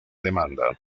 demanda